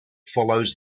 follows